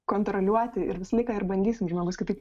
kontroliuoti ir visą laiką ir bandysim žmogus kitaip